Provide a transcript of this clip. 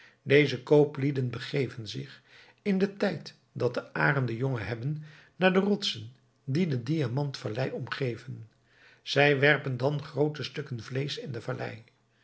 deze kooplieden begeven zich in den tijd dat de arenden jongen hebben naar de rotsen die de diamant vallei omgeven zij werpen dan groote stukken vleesch in de vallei